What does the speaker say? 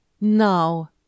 Now